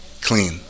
Clean